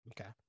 Okay